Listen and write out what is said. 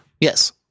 Yes